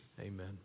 Amen